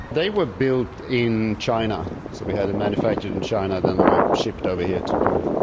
they were built in china, so we had them manufactured in china, then they were shipped over here to perth.